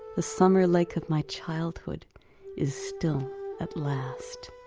the summer lake of my childhood is still at last.